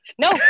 No